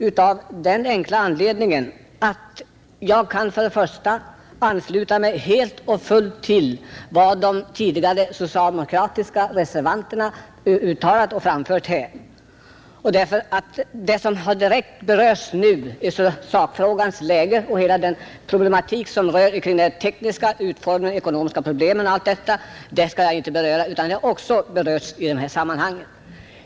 För det första kan jag helt och fullt ansluta mig till vad andra socialdemokratiska reservanter har framfört. För det andra har sakfrågans läge, hela den problematik som rör den tekniska utformningen, de ekonomiska problemen osv. redan behandlats.